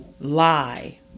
lie